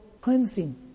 cleansing